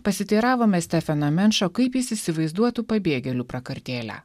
pasiteiravome stefeną menšą kaip jis įsivaizduotų pabėgėlių prakartėlę